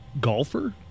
golfer